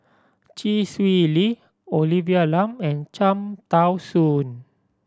Chee Swee Lee Olivia Lum and Cham Tao Soon